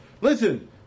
Listen